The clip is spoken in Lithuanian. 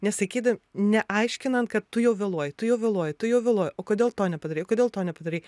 nesakydam neaiškinant kad tu jau vėluoji tu jau vėluoji tu jau vėluoji o kodėl to nepadarei o kodėl to nepadarei